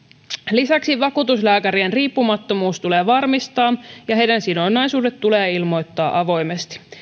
lisäksi vakuutuslääkärien riippumattomuus tulee varmistaa ja heidän sidonnaisuutensa tulee ilmoittaa avoimesti